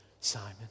Simon